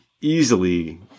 easily